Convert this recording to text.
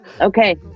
Okay